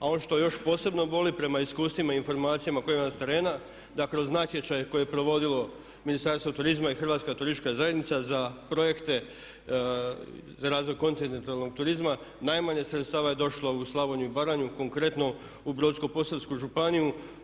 A ono što još posebno boli prema iskustvima i informacijama koje imamo s terena da kroz natječaj koji je provodilo Ministarstvo turizma i Hrvatska turistička zajednica za projekte za razvoj kontinentalnog turizma najmanje sredstava je došlo u Slavoniju i Baranju, konkretno u Brodsko-posavsku županiju.